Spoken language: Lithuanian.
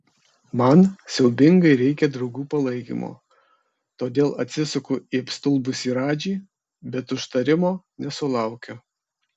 man siaubingai reikia draugų palaikymo todėl atsisuku į apstulbusį radžį bet užtarimo nesulaukiu